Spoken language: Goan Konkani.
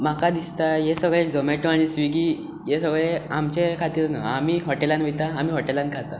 म्हाका दिसता हें सगळें झॉमॅटो आनी स्विगी हें सगळें आमचे खातीर न्हू आमी हॉटेलान वयता आमी हॉटेलान खाता